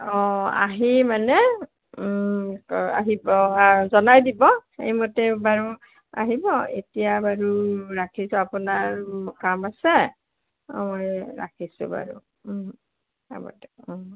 অঁ আহি মানে আহি জনাই দিব সেইমতে বাৰু আহিব এতিয়া বাৰু ৰাখিছোঁ আপোনাৰ কাম আছে অঁ ৰাখিছোঁ বাৰু হ'ব দিয়ক অঁ